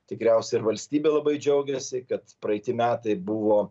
tikriausia ir valstybė labai džiaugiasi kad praeiti metai buvo